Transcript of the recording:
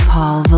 Paul